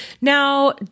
Now